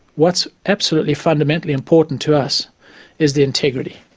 what's absolutely fundamentally important to us is the integrity.